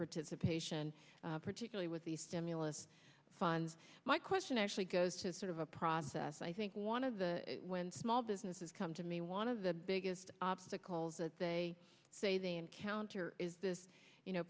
participation particularly with the stimulus funds my question actually goes to sort of a process i think one of the when small businesses to me want to the biggest obstacles that they say they encounter is this you know